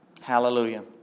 Hallelujah